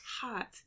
hot